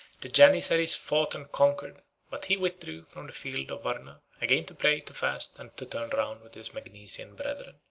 the janizaries fought and conquered but he withdrew from the field of varna, again to pray, to fast, and to turn round with his magnesian brethren.